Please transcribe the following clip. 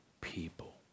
people